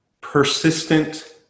persistent